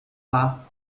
war